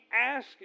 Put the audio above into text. ask